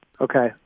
Okay